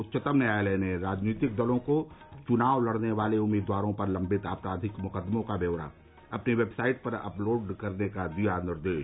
उच्चतम न्यायालय ने राजनीतिक दलों को चुनाव लड़ने वाले उम्मीदवारों पर लम्बित आपराधिक मुकदमों का ब्यौरा अपनी वेबसाइट पर अपलोड करने का दिया निर्देश